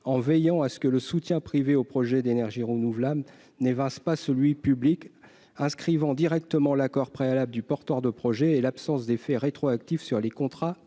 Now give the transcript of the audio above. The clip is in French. veillé à ce que le soutien privé aux projets d'énergies renouvelables n'évince pas celui public, inscrivant directement l'accord préalable du porteur de projets et l'absence d'effet rétroactif sur les contrats